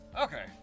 Okay